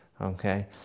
Okay